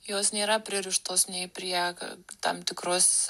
jos nėra pririštos nei prie tam tikros